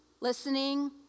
listening